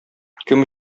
кем